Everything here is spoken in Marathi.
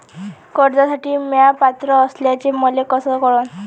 कर्जसाठी म्या पात्र असल्याचे मले कस कळन?